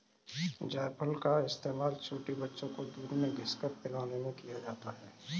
जायफल का इस्तेमाल छोटे बच्चों को दूध में घिस कर पिलाने में किया जाता है